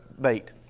bait